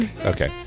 Okay